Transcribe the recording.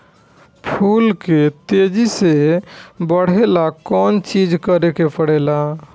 फूल के तेजी से बढ़े ला कौन चिज करे के परेला?